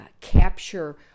capture